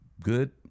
good